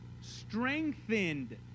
strengthened